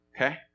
Okay